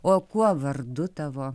o kuo vardu tavo